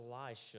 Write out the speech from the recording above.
Elisha